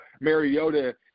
Mariota